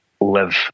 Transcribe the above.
live